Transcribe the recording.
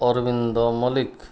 Arvind Mallick